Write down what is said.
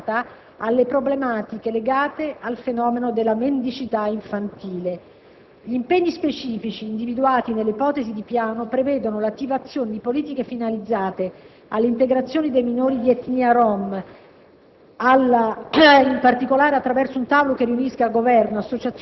L'area «discriminazione e soggezione» è specificamente dedicata alle problematiche legate al fenomeno della mendicità infantile. Gli impegni specifici individuati nell'ipotesi di Piano prevedono l'attivazione di politiche finalizzate all'integrazione dei minori di etnia rom,